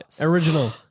Original